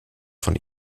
von